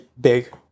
big